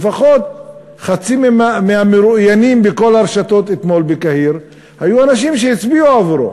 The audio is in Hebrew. לפחות חצי מהמרואיינים בכל הרשתות אתמול בקהיר היו אנשים שהצביעו עבורו,